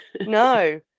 No